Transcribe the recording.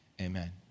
Amen